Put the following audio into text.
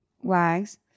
wags